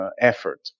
effort